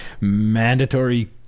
mandatory